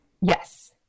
yes